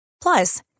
Plus